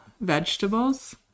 vegetables